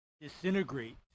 disintegrate